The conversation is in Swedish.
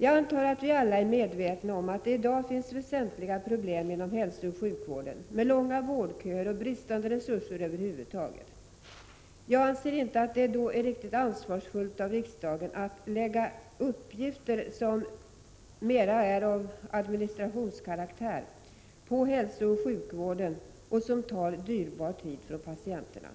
Jag antar att vi alla är medvetna om att det i dag finns väsentliga problem inom hälsooch sjukvården med långa vårdköer och bristande resurser över huvud taget. Jag anser inte att det är riktigt ansvarsfullt av riksdagen att då lägga uppgifter som är av mer administrativ karaktär och som tar dyrbar tid från patienterna på hälsooch sjukvården.